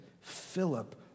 Philip